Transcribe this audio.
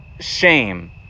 shame